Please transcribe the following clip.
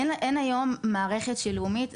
אין היום מערכת שהיא לאומית,